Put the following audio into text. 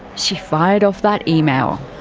she fired off that email.